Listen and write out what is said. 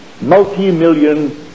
multi-million